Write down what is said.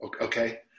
Okay